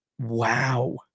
wow